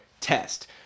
test